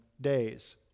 days